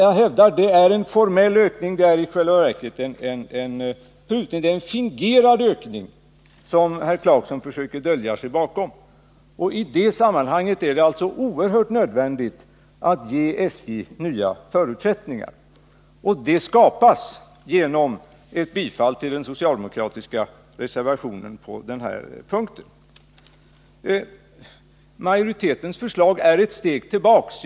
Jag hävdar att det är en formell ökning, i själva verket en prutning. Det är en fingerad ökning som herr Clarkson försöker dölja sig bakom. I det sammanhanget är det oerhört nödvändigt att ge SJ nya förutsättningar. De skapas genom ett bifall till den socialdemokratiska reservationen på denna punkt. Majoritetens förslag är ett steg tillbaka.